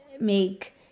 make